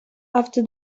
after